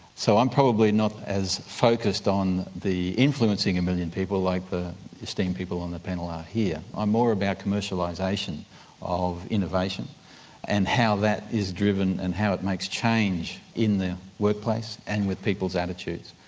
so i'm probably not as focused on the influencing a million people like the esteemed people on the panel are here. i'm more about commercialization of innovation and how that is driven and how it makes change in the workplace and with people's attitudes.